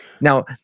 Now